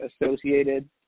associated